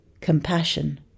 compassion